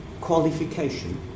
qualification